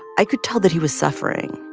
i could tell that he was suffering.